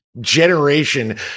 generation